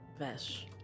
Vesh